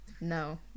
No